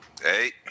Hey